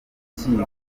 rukiko